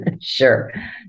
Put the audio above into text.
Sure